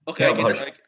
Okay